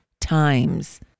times